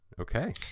Okay